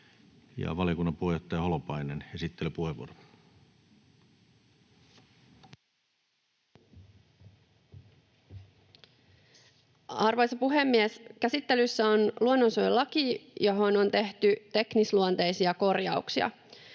Valiokunnan puheenjohtaja Holopainen, esittelypuheenvuoro. Arvoisa puhemies! Käsittelyssä on luonnonsuojelulaki, johon on tehty teknisluonteisia korjauksia.